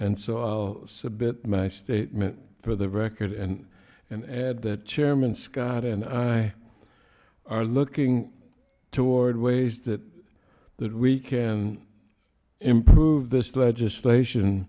and so i'll submit my statement for the record and and add that chairman scott and i are looking toward ways that that we can improve this legislation